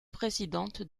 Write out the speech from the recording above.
présidente